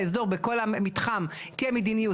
אנחנו לא עוברים, כי ביקשו פה לדבר.